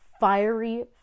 fiery